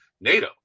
NATO